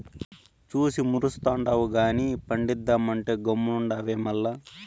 చూసి మురుస్తుండావు గానీ పండిద్దామంటే గమ్మునుండావే మల్ల